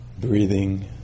breathing